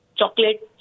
chocolate